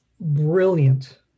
brilliant